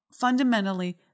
Fundamentally